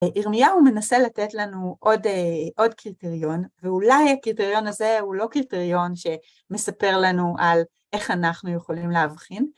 ירמיהו מנסה לתת לנו עוד קריטריון, ואולי הקריטריון הזה הוא לא קריטריון שמספר לנו על איך אנחנו יכולים להבחין,